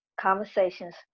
Conversations